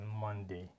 Monday